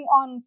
on